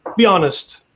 be honest.